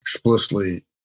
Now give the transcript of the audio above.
Explicitly